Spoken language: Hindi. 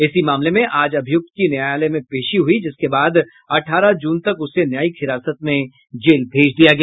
इसी मामले में आज अभियुक्त की न्यायालय में पेशी हुई जिसके बाद अठारह जून तक उसे न्यायिक हिरासत में जेल भेज दिया गया